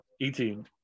18